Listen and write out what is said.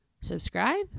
subscribe